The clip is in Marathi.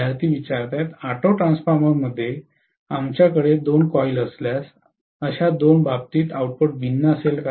विद्यार्थीः ऑटो ट्रान्सफॉर्मरमध्ये आमच्याकडे दोन कॉइल असल्यास अशा दोन बाबतीत आउटपुट भिन्न असेल